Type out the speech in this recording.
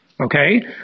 Okay